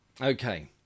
Okay